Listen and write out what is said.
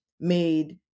made